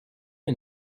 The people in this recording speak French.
que